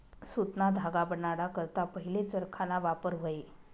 सुतना धागा बनाडा करता पहिले चरखाना वापर व्हये